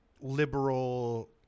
liberal